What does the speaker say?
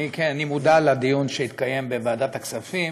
אני מודע לדיון שהתקיים בוועדת הכספים